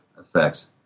effects